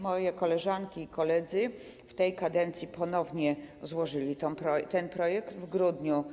Moje koleżanki i koledzy w tej kadencji ponownie złożyli ten projekt, w grudniu